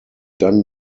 dann